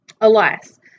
Alas